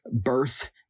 Birth